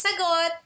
sagot